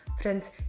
Friends